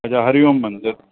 अच्छा हरिओम मंदरु